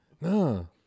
No